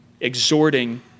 exhorting